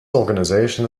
organization